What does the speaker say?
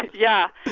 yeah.